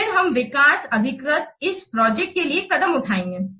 फिर हम विकास अधिकृत इस प्रोजेक्ट के लिए कदम उठाएंगे